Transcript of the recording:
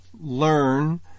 learn